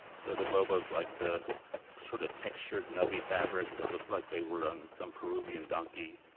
so the bobos like the sort of textured nubby fabrics that looked like they were on some peruvian donkey.